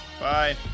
Bye